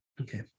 Okay